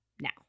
now